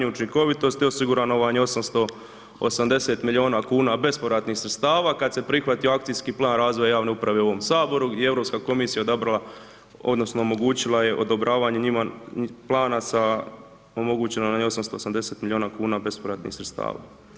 učinkovitosti osigurano vam je 880 milijuna kuna bespovratnih sredstava, a kad se prihvatio akcijski plan razvoja javne uprave u ovom HS gdje je Europska komisija odabrala odnosno omogućila je odobravanje njima plana sa, omogućeno nam je 880 milijuna kuna bespovratnih sredstava.